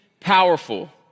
Powerful